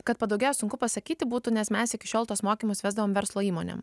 kad padaugėjo sunku pasakyti būtų nes mes iki šiol tuos mokymus vesdavome verslo įmonėm